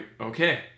okay